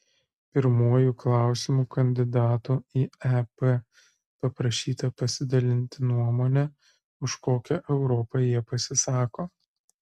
pirmuoju klausimu kandidatų į ep paprašyta pasidalinti nuomone už kokią europą jie pasisako